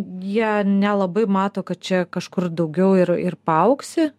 jie nelabai mato kad čia kažkur daugiau ir ir paaugsi